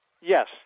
yes